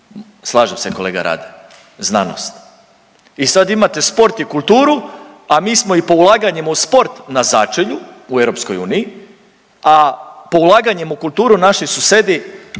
Slaže se kolega Radin, znanost i sad imate sport i kulturu, a mi smo i po ulaganjima u sport za začelju u EU, a po ulaganjem u kulturu naši susjedi